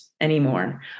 anymore